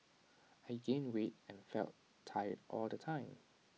I gained weight and felt tired all the time